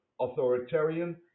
authoritarian